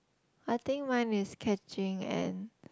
I think mine is catching and